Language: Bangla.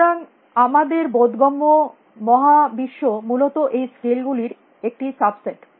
সুতরাং আমাদের বোধগম্য মহা বিশ্ব মূলত এই স্কেল গুলির একটি সাব সেট